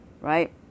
right